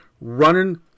running